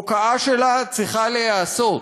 הוקעה שלה צריכה להיעשות,